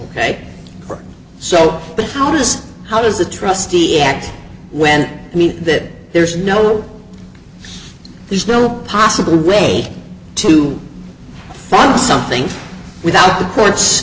ok so how does how does the trustee act when i mean that there's no there's no possible way to find something without the court